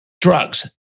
drugs